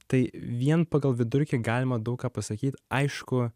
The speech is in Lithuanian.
tai vien pagal vidurkį galima daug ką pasakyt aišku